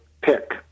pick